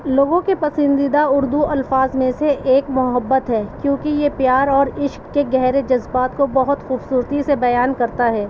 لوگوں کے پسندیدہ اردو الفاظ میں سے ایک محبت ہے کیونکہ یہ پیار اور عشق کے گہرے جذبات کو بہت خوبصورتی سے بیان کرتا ہے